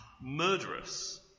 murderous